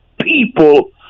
people